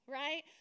right